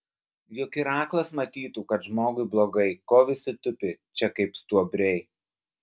juk ir aklas matytų kad žmogui blogai ko visi tupi čia kaip stuobriai